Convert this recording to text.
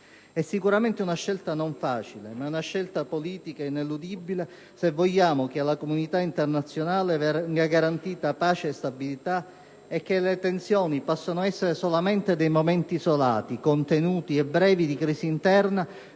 È sicuramente una scelta non facile, ma è una scelta politica ineludibile, se vogliamo che alla comunità internazionale vengano garantite pace e stabilità e che le tensioni possano essere solamente dei momenti isolati, contenuti e brevi, di crisi interna,